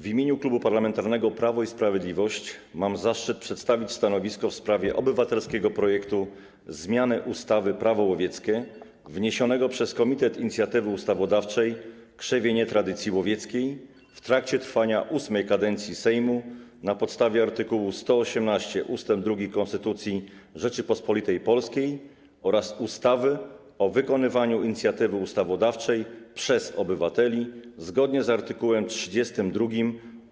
W imieniu Klubu Parlamentarnego Prawo i Sprawiedliwość mam zaszczyt przedstawić stanowisko w sprawie obywatelskiego projektu ustawy o zmianie ustawy - Prawo łowieckie wniesionego przez Komitet Inicjatywy Ustawodawczej Krzewienie Tradycji Łowieckiej w trakcie trwania 8. kadencji Sejmu na podstawie art. 118 ust. 2 Konstytucji Rzeczypospolitej Polskiej oraz ustawy o wykonywaniu inicjatywy ustawodawczej przez obywateli, zgodnie z art. 32